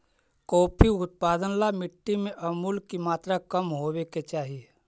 coffee उत्पादन ला मिट्टी में अमूल की मात्रा कम होवे के चाही